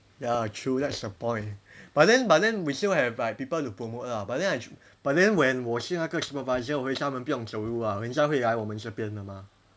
ya true that's the point but then but then we still have like people to promote lah but then but then when 我是那个 supervisor 我会叫他们不用走路啦人家会来我们这边的嘛